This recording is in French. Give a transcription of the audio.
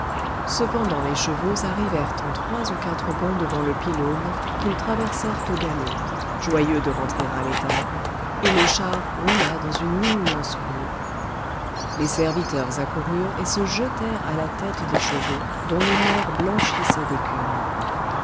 cependant les chevaux arrivèrent en trois ou quatre bonds devant le pylône qu'ils traversèrent au galop joyeux de rentrer à l'étable et le char roula dans une immense cour les serviteurs accoururent et se jetèrent à la tête des chevaux dont les mors blanchissaient d'écume